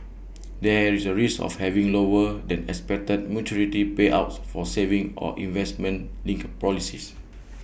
there is A risk of having lower than expected maturity payouts for savings or investment linked policies